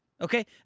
Okay